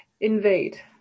invade